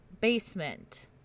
basement